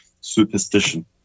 superstition